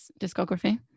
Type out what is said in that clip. discography